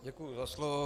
Děkuji za slovo.